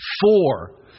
Four